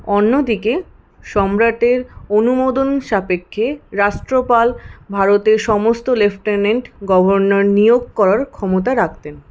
অন্যদিকে সম্রাটের অনুমোদন সাপেক্ষে রাষ্ট্রপাল ভারতের সমস্ত লেফটেন্যান্ট গভর্নর নিয়োগ করার ক্ষমতা রাখতেন